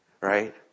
right